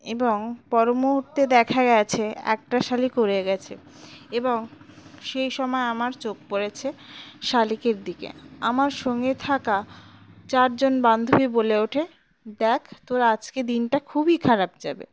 এবং পর মুহূর্তে দেখা গেছে একটা শালিক উড়ে গেছে এবং সেই সময় আমার চোখ পড়েছে শালিকের দিকে আমার সঙ্গে থাকা চারজন বান্ধবী বলে ওঠে দেখ তোর আজকে দিনটা খুবই খারাপ যাবে